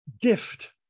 gift